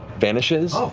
vanishes,